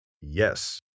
Yes